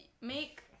make